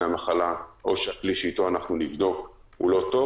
המחלה או שהכלי שאתו נבדוק הוא לא טוב?